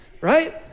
Right